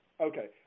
Okay